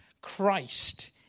Christ